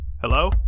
Hello